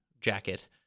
jacket